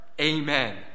Amen